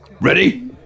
Ready